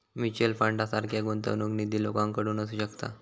mutual फंडासारखा गुंतवणूक निधी लोकांकडे असू शकता